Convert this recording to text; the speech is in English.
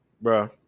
bro